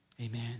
Amen